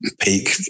peak